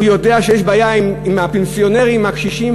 הוא יודע שיש בעיה עם הפנסיונרים הקשישים